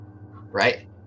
right